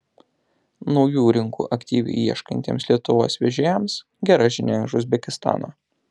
naujų rinkų aktyviai ieškantiems lietuvos vežėjams gera žinia iš uzbekistano